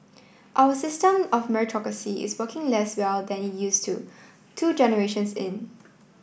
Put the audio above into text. our system of meritocracy is working less well than it used to two generations in